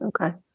Okay